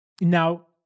Now